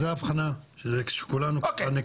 זו הבחנה שכולנו, בוא נכנס לתמונה.